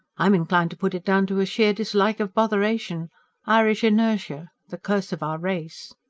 i'm inclined to put it down to sheer dislike of botheration irish inertia. the curse of our race.